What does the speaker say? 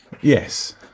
Yes